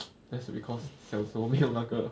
that's because 小时候没有那个